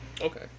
okay